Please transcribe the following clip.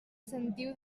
sentiu